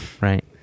Right